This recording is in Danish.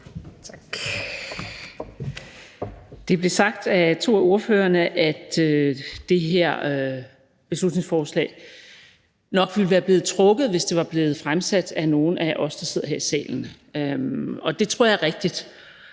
Det blev sagt af to af ordførerne, at det her beslutningsforslag nok ville være blevet trukket, hvis det var blevet fremsat af nogle af os, der sidder her i salen. Det tror jeg er rigtigt.